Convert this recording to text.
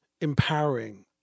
empowering